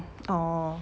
oh